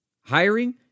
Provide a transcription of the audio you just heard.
Hiring